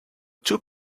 two